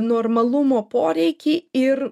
normalumo poreikį ir